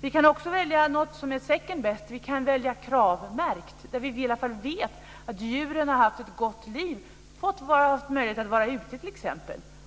Vi kan också välja något som är second best. Vi kan välja Kravmärkt, där vi i varje fall vet att djuren har haft ett gott liv och t.ex. fått möjligheten att vara ute